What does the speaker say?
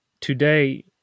Today